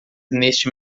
neste